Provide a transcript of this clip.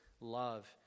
love